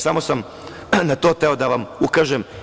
Samo sam na to hteo da vam ukažem.